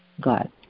god